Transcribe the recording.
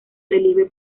relieve